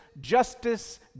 justice